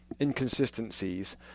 inconsistencies